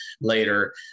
later